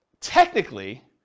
technically